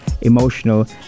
emotional